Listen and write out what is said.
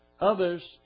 others